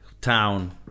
town